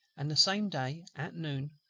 and the same day at noon,